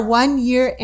one-year